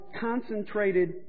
concentrated